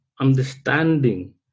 Understanding